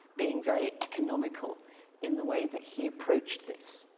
being very economical in the way that he approached this.